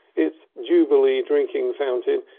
its jubilee drinking fountain,